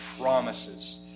promises